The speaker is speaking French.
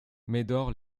médor